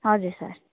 हजुर सर